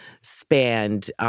spanned